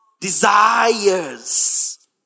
desires